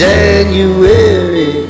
January